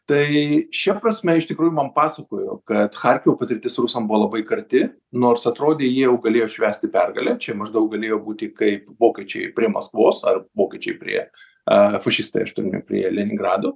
tai šia prasme iš tikrųjų man pasakojo kad charkivo patirtis rusam buvo labai karti nors atrodė jie jau galėjo švęsti pergalę čia maždaug galėjo būti kaip vokiečiai prie maskvos ar vokiečiai prie fušistai aš turiu minty leningrado